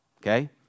okay